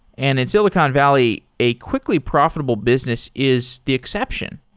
and in silicon valley, a quickly profitable business is the exception.